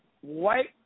white